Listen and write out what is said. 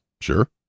sure